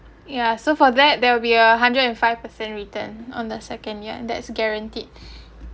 ya so for that there will be a hundred and five percent return on the second years that's guaranteed